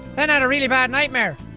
then had a really bad nightmare.